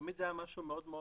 תמיד זה היה משהו מעורפל